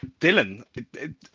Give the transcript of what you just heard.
Dylan